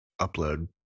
Upload